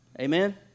Amen